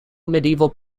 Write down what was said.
medieval